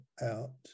out